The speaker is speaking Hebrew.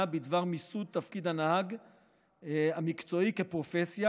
בדבר מיסוד תפקיד הנהג המקצועי כפרופסיה,